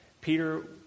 Peter